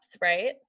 right